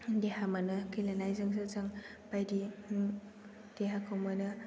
देहा मोनो गेलेनायजोंसो जों बायदो देहाखौ मोनो